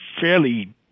fairly